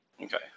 Okay